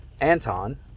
Anton